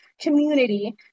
community